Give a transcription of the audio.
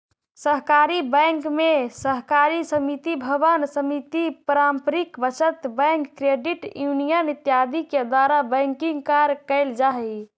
सहकारी बैंक में सहकारी समिति भवन समिति पारंपरिक बचत बैंक क्रेडिट यूनियन इत्यादि के द्वारा बैंकिंग कार्य कैल जा हइ